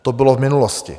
To bylo v minulosti.